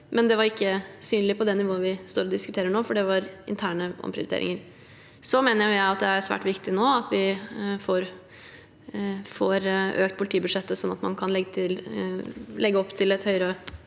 men det var ikke synlig på det nivået vi diskuterer nå, for det var interne omprioriteringer. Så mener jeg det nå er svært viktig at vi får økt politibudsjettet sånn at man kan legge opp til et høyere